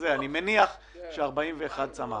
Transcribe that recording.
אני מניח שהמספר הזה צמח.